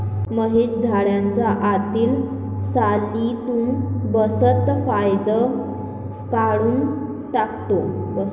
महेश झाडाच्या आतील सालीतून बास्ट फायबर काढून टाकतो